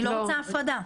אני לא רוצה הפרדה.